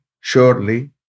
surely